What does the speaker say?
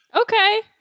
Okay